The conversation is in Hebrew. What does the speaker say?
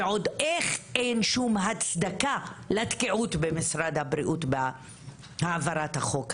ועוד איך אין שום הצדקה לתקיעות במשרד הבריאות בהעברת החוק הזה.